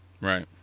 Right